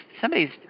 somebody's